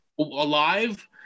alive